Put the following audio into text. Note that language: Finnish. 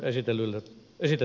arvoisa puhemies